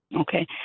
Okay